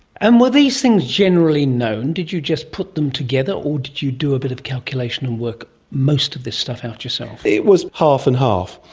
and were these things generally known? did you just put them together, or did you do a bit of calculation and work most of this stuff out yourself? it was half and half.